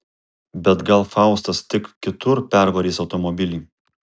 bet gal faustas tik kitur pervarys automobilį